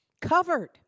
covered